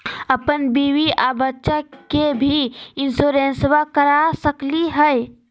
अपन बीबी आ बच्चा के भी इंसोरेंसबा करा सकली हय?